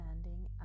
standing